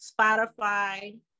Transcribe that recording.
Spotify